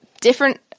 different –